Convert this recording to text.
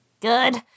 Good